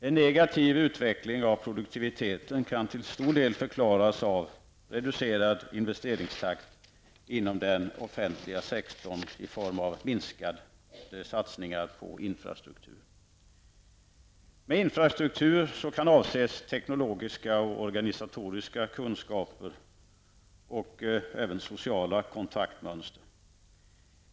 En negativ utveckling av produktiviteten kan till stor del förklaras av en reducerad investeringstakt inom den offentliga sektorn i form av minskade satsningar på infrastruktur. Med infrastruktur kan avses teknologiska och organisatoriska kunskaper och även sociala kontaktmönster.